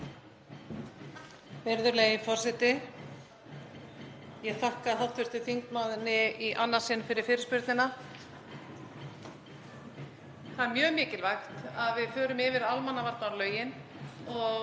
Virðulegi forseti. Ég þakka hv. þingmanni í annað sinn fyrir fyrirspurnina. Það er mjög mikilvægt að við förum yfir almannavarnalögin og